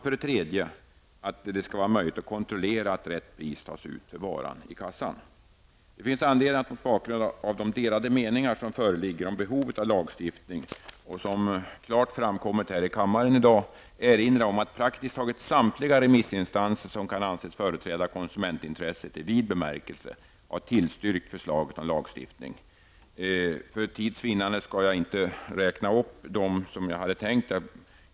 För det tredje skall det vara möjligt att kontrollera att rätt pris tas ut för varan i kassan. Det finns anledning att mot bakgrund av de delade meningar som föreligger om behovet av en lagstiftning och som klart framkommit här i kammaren i dag erinra om att praktiskt taget samtliga remissinstanser, som kan anses företräda konsumentintresset i vid bemärkelse, tillstyrkt förslaget om en lagstiftning. För tids vinnande skall jag inte räkna upp vilka som har tillstyrkt.